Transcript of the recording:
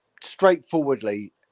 straightforwardly